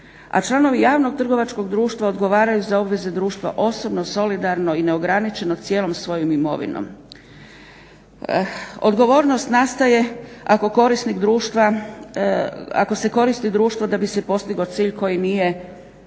A članovi javnog trgovačkog društva odgovaraju za obveze društva osobno, solidarno i neograničeno cijelom svojom imovinom. Odgovornost nastaje ako se koristi društvo da bi se postigao cilj koji je